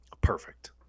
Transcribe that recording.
Perfect